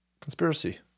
conspiracy